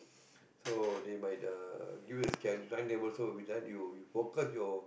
so they might uh give you the sched~ timetable so let you you focus your